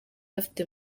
afite